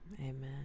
amen